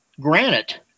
granite